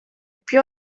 più